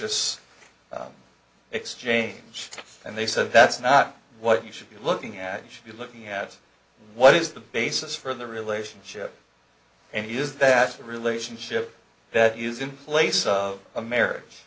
s exchange and they said that's not what you should be looking at you should be looking at what is the basis for the relationship and use that relationship that use in place of a marriage